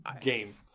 game